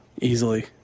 Easily